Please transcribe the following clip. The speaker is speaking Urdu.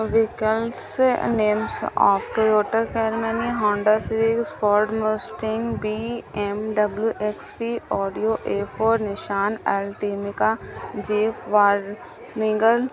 ویکلس نیمس آف د یوٹر خیر میںین ہانڈاسوی Ford Mustang B M W ایس فی آڈیو اے فور نشان اللٹیمیکا جی وارگل